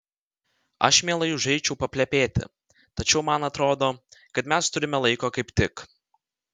aš mielai užeičiau paplepėti tačiau man atrodo kad mes turime laiko kaip tik